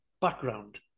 background